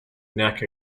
neck